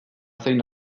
zein